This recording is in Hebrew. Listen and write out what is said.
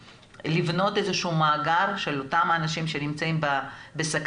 לבנות איזה שהוא מאגר של אותם אנשים שנמצאים בסכנה.